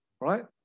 right